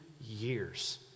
years